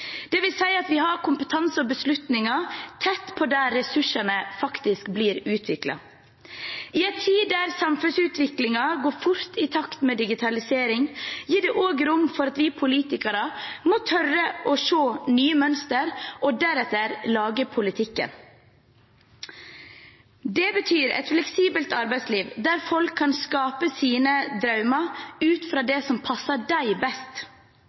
at vi har kompetanse og beslutninger tett på der ressursene blir utviklet. I en tid der samfunnsutviklingen går fort, i takt med digitaliseringen, gir det også oss rom for at vi politikere må tørre å se nye mønster og deretter lage politikken. Det betyr et fleksibelt arbeidsliv der folk kan skape sine drømmer ut fra det som passer dem best.